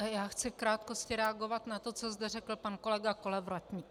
Já chci v krátkosti reagovat na to, co zde řekl pan kolega Kolovratník.